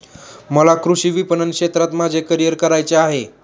मला कृषी विपणन क्षेत्रात माझे करिअर करायचे आहे